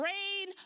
Rain